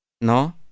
no